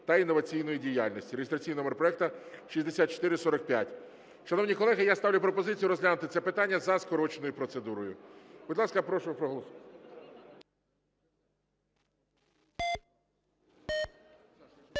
та інноваційної діяльності (реєстраційний номер проекту 6445). Шановні колеги, я ставлю пропозицію розглянути це питання за скороченою процедурою. Будь ласка, прошу проголосувати.